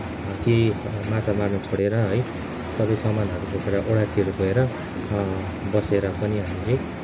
केही माछा मार्न छोडेर है सबै सामानहरू बोकेर ओडारतिर गएर बसेर पनि हामीले